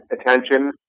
attention